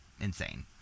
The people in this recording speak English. insane